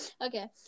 Okay